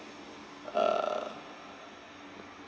uh